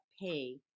pay